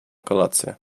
kolację